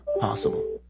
possible